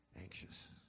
anxious